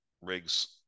rigs